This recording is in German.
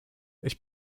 ich